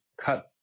cut